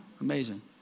amazing